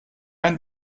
ein